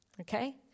Okay